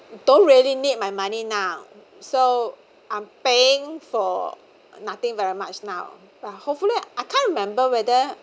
don't really need my money now so I'm paying for nothing very much now but hopefully I can't remember whether